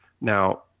now